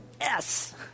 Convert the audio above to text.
Yes